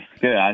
good